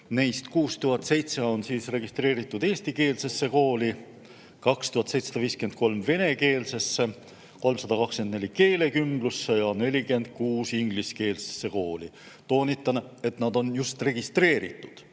Neist 6007 on registreeritud eestikeelsesse kooli, 2753 venekeelsesse, 324 keelekümblusse ja 46 ingliskeelsesse kooli. Toonitan, et nad on registreeritud,